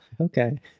Okay